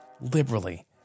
liberally